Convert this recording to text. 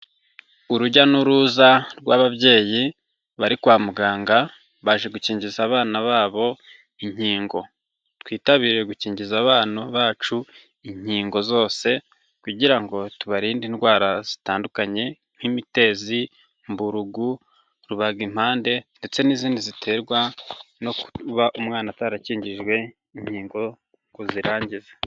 Urujya n'uruza rw'ababyeyi bari kwa muganga baje gukingiza abana babo inkingo. Twitabire gukingiza abana bacu inkingo zose kugira ngo tubarinde indwara zitandukanye nk'imitezi, mburugu, rubaga impande ndetse n'izindi ziterwa no kuba umwana atarakinjijwe inkingo ngo azirangize.